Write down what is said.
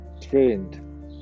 trained